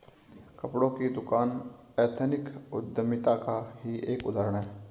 कपड़ों की दुकान एथनिक उद्यमिता का ही एक उदाहरण है